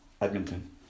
Edmonton